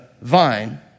vine